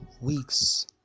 weeks